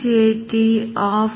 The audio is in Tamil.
சிர் ஒன்றை கொண்டிருக்கிறது